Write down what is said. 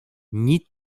nic